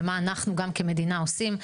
ומה אנחנו גם כמדינה עושים,